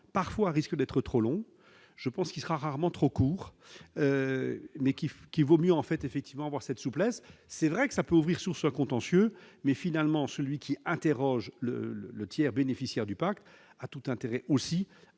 parfois risque d'être trop long, je pense qu'il sera rarement trop court mais qu'il faut qu'il vaut mieux en fait effectivement voir cette souplesse, c'est vrai que ça peut ouvrir sur ce contentieux mais finalement celui qui interroge le le tiers bénéficiaires du Pacte a tout intérêt aussi